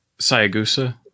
Sayagusa